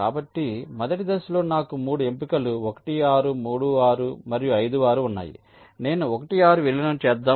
కాబట్టి మొదటి దశలో నాకు 3 ఎంపికలు 1 6 3 6 మరియు 5 6 ఉన్నాయి నేను 1 6 విలీనం చేద్దాం